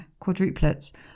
quadruplets